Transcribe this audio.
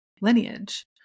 lineage